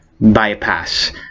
bypass